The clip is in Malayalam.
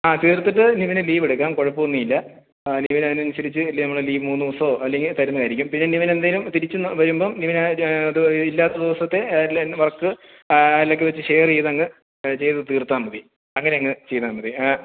ആ തീര്ത്തിട്ട് നിവിന് ലീവ് എടുക്കാം കുഴപ്പമൊന്നുമില്ല നിവിന് അതിന് അനുസരിച്ചു നമ്മൾ ലീവ് മൂന്നൂസോ അല്ലെങ്കിൽ തരുന്നതായിരിക്കും പിന്നെ നിവിന് എന്നെങ്കിലും തിരിച്ചു വരുമ്പം നിവിൻ ആ അത് ഇല്ലാത്ത ദിവസത്തെ അല്ല ഇന്ന് വര്ക്ക് അതിലൊക്കെ വച്ചു ഷെയർ ചെയ്തു അങ്ങ് ചെയ്തു തീര്ത്താൽ മതി അങ്ങനെ അങ്ങ് ചെയ്താൽ മതി ആ